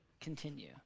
continue